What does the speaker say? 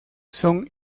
son